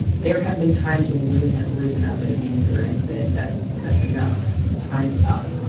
there have been times when women have risen up in anger and said that's that's enough, time's up,